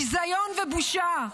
ביזיון ובושה.